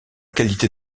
qualité